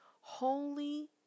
holy